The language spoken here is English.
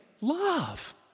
love